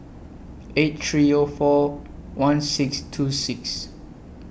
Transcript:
eight three O four one six two six